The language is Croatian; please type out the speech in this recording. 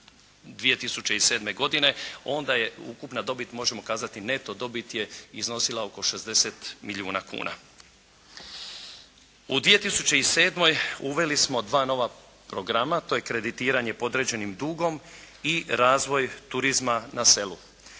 2007. godine onda je ukupna dobit možemo kazati neto dobit je iznosila oko 60 milijuna kuna. U 2007. uveli smo dva nova programa, to je kreditiranje podređenim dugom i razvoj turizma na selu.